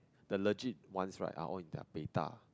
the legit ones right are all in their beta